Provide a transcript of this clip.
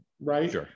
right